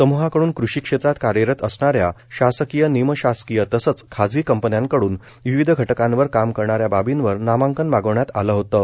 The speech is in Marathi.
समूहाकडून कृषी क्षेत्रात कार्यरत असणाऱ्या शासकीय निम शासकीय तसंच खाजगी कंपन्यांकडून विविध घटकांवर काम करणाऱ्या बाबींवर नामांकन मागवण्यात आलं होतं